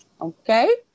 Okay